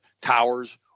towers